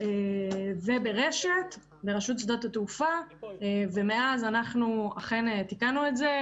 ברלב"ד וברשות שדות התעופה ומאז אנחנו אכן תיקנו את זה.